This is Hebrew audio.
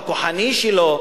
הכוחני שלו,